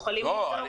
יכול להיות שכן.